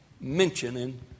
mentioning